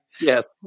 Yes